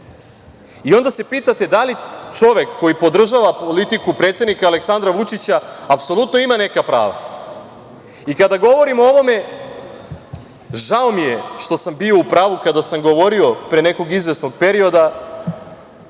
napao. Onda se pitate da li čovek koji podržava politiku predsednika Aleksandra Vučića apsolutno ima neka prava? Kada govorim o ovome, žao mi je što sam bio u pravu kada sam govorio pre nekog izvesnog perioda